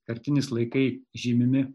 kartinis laikai žymimi